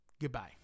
Goodbye